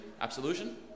absolution